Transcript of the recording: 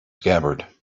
scabbard